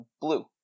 Blue